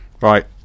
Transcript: Right